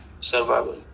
survival